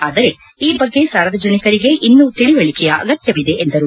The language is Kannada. ಆದರೆ ಈ ಬಗ್ಗೆ ಸಾರ್ವಜನಿಕರಿಗೆ ಇನ್ನೂ ತಿಳುವಳಿಕೆಯ ಅಗತ್ಯವಿದೆ ಎಂದರು